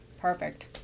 Perfect